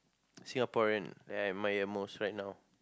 Singaporean that I admire most right now